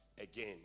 again